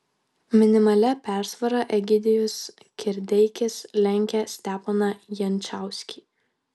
minimalia persvara egidijus kirdeikis lenkia steponą jančauskį